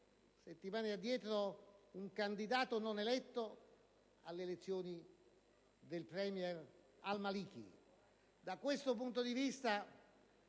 settimane addietro, un candidato non eletto alle elezioni del *premier* Maliki.